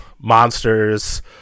monsters